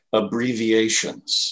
abbreviations